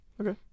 Okay